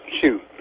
Shoot